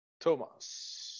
Thomas